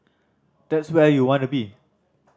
that's where you'll want to be